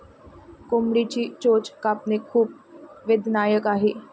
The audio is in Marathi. कोंबडीची चोच कापणे खूप वेदनादायक आहे